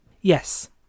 Yes